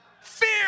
Fear